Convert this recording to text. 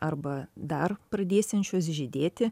arba dar pradėsiančios žydėti